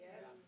Yes